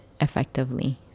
effectively